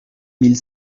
mille